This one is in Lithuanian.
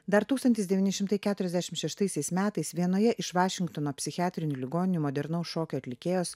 dar tūkstantis devyni šimtai keturiasdešim šeštaisiais metais vienoje iš vašingtono psichiatrinių ligoninių modernaus šokio atlikėjos